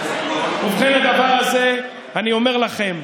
ובכן, הדבר הזה, אני אומר לכם,